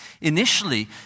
initially